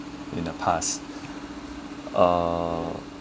in the past uh